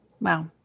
Wow